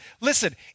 listen